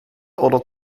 oder